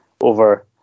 over